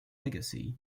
legacy